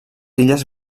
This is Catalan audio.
illes